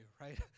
right